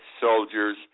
soldiers